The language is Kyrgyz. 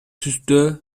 түстө